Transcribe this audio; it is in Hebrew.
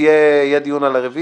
ותעלה לקריאה הראשונה למליאה.